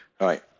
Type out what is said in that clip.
right